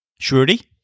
Shruti